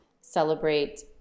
celebrate